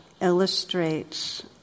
illustrates